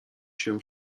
się